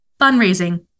fundraising